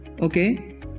Okay